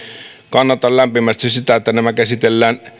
kannatan lämpimästi sitä että nämä käsitellään